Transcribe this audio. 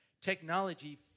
Technology